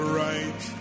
right